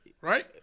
right